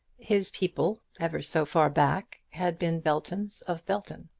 his people, ever so far back, had been beltons of belton.